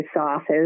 office